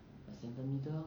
a centimetre